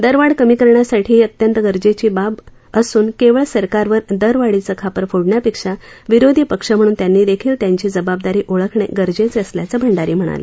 दरवाढ कमी करण्यासाठी ही अत्यंत गरजेची बाब असून केवळ सरकारवर दरवाढीचं खापर फोडण्यापेक्षा विरोधी पक्ष म्हणून त्यांनीदेखील त्यांची जबाबदारी ओळखणे गरजेचे असल्याचे भंडारी म्हणाले